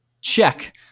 check